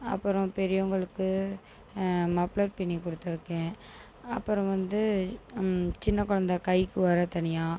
அப்புறம் பெரியவங்களுக்கு மப்ளர் பின்னி கொடுத்துருக்கேன் அப்பறம் வந்து சின்ன குழந்த கைக்கு உரை தனியா